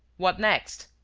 what next?